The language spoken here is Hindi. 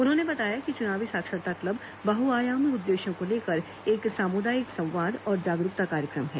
उन्होंने बताया कि चुनावी साक्षरता क्लब बहुआयामी उद्देश्यों को लेकर एक सामुदायिक संवाद और जागरूकता कार्यक्रम है